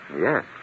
Yes